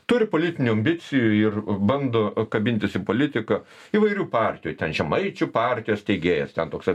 turi politinių ambicijų ir bando kabintis į politiką įvairių partijų ten žemaičių partijos steigėjas ten toks